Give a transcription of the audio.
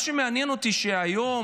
מה שמעניין אותי הוא שהיום,